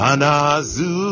Anazu